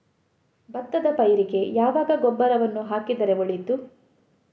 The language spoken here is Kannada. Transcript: ಭತ್ತದ ಪೈರಿಗೆ ಯಾವಾಗ ಗೊಬ್ಬರವನ್ನು ಹಾಕಿದರೆ ಒಳಿತು?